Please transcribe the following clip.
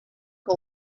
que